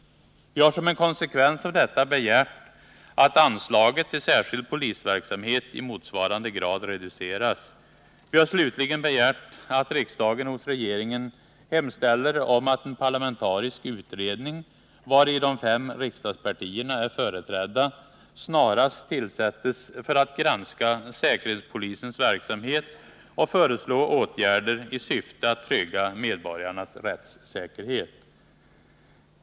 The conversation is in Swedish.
Vi har som en konsekvens av detta begärt att anslaget till särskild polisverksamhet i motsvarande grad reduceras. Vi har slutligen begärt att riksdagen hos regeringen hemställer att en parlamentarisk utredning, vari de fem riksdagspartierna är företrädda, snarast tillsättes för att granska säkerhetspolisens verksamhet och föreslå åtgärder i syfte att trygga medborgarnas rättssäkerhet.